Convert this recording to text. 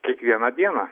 kiekvieną dieną